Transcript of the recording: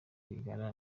rwigara